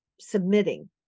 submitting